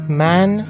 man